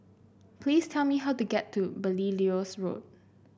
please tell me how to get to Belilios Road